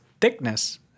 thickness